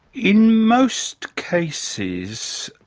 in most cases,